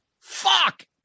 Fuck